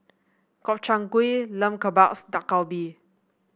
Gobchang Gui Lamb Kebabs Dak Galbi